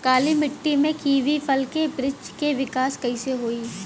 काली मिट्टी में कीवी के फल के बृछ के विकास कइसे होई?